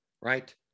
right